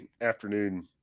afternoon